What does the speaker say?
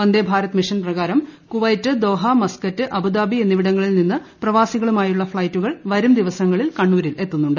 വന്ദേ Bharat mission പ്രകാരം Kuwait Doha Muscat Abu Dhabi എന്നിവിടങ്ങളിൽ നിന്ന് പ്രവാസികളുമായുള്ള ഫ്ളൈറ്റുകൾ വരും ദിവസങ്ങളിൽ കണ്ണൂരിലെത്തുന്നുണ്ട്